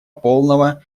полного